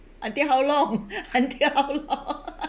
until how long until how long